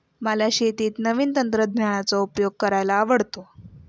मला शेतीत नवीन तंत्रज्ञानाचा उपयोग करायला आवडतो